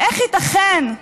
איך ייתכן?